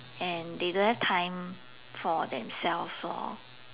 and they don't have time for themselves lor